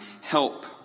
help